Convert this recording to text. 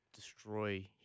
destroy